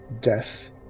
death